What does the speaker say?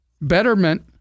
betterment